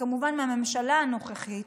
וכמובן מהממשלה הנוכחית,